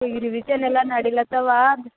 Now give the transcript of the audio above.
ಈಗ ರಿವಿಜನ್ ಎಲ್ಲ ನಡೀಲತವಾ